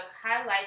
highlight